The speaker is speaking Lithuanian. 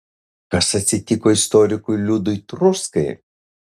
kas atsitiko istorikui liudui truskai